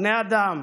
בני אדם,